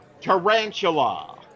Tarantula